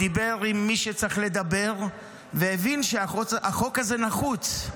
דיבר עם מי שצריך לדבר והבין שהחוק הזה נחוץ.